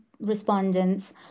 respondents